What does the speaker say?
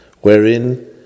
wherein